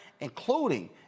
including